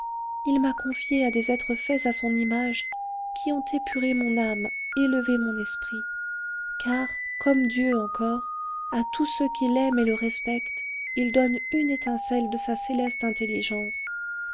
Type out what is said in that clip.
il m'a confiée à des êtres faits à son image qui ont épuré mon âme élevé mon esprit car comme dieu encore à tous ceux qui l'aiment et le respectent il donne une étincelle de sa céleste intelligence